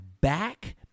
back